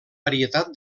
varietat